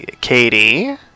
Katie